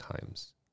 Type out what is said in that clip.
times